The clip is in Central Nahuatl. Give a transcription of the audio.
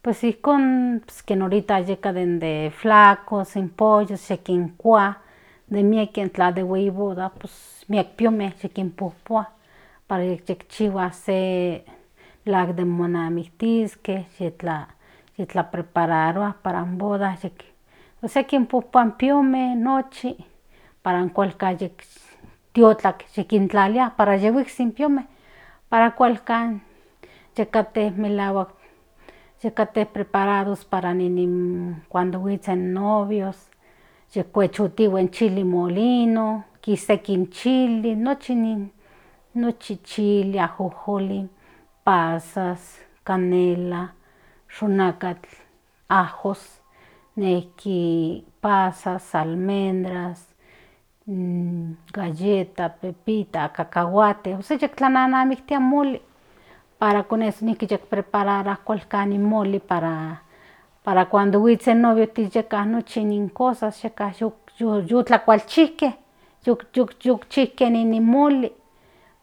Pues ijkon kemen ahorita de flacos in pollos ye kinkua de miek intla de boda miek piome kinpojpua para yiktihihuas se de akin monamiktiske yitlaprepararua para in boda ósea kinpojjpua in piome para kualkan yitiotlak yikintlalia para yihuiksik in piome para kualkan melahuak preparados para para cuando yihuitsen novios yikuechotihue in chili molino kiseki in chili nochi nin chili ajojolin pazas canela xonakatl ajos nejki pazas almendras galleta pepita cacahuate okseki kinmamiktia in moli para konesh niki prepararua para cuando huitsen novios yeka nochi in cosas yi tlakuaalchijke yu chijke in moli